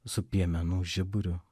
su piemenų žiburiu